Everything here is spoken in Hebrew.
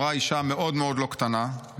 אמרה אישה מאוד מאוד לא קטנה,